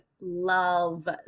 love